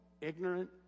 ignorant